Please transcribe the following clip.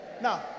Now